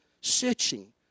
searching